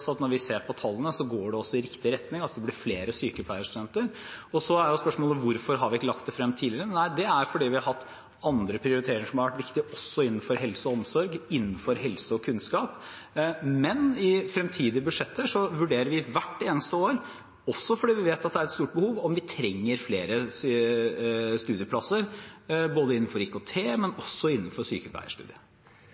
når vi ser på tallene, går det i riktig retning – det blir flere sykepleierstudenter. Så er spørsmålet: Hvorfor har vi ikke lagt det frem tidligere? Nei, det er fordi vi har hatt andre prioriteringer som også har vært viktige innenfor helse og omsorg, innenfor helse og kunnskap, men i fremtidige budsjetter vurderer vi hvert eneste år – også fordi vi vet at det er et stort behov – om vi trenger flere studieplasser, både innenfor IKT og innenfor sykepleierstudiet. «Ny pleiepengeordning blir en forbedring for mange, men